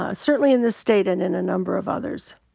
ah certainly in this state and in a number of others.